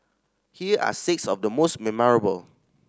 here are six of the most memorable